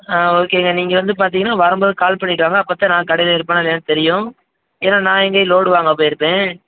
ஆ ஓகேங்க நீங்கள் வந்துப் பார்த்தீங்கன்னா வரும்போது கால் பண்ணிவிட்டு வாங்க அப்போத்தான் நான் கடையில் இருப்பேனா இல்லையான்னு தெரியும் ஏன்னால் நான் எங்கேயும் லோடு வாங்க போயிருப்பேன்